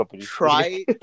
try